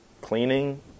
cleaning